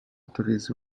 autorisé